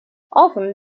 often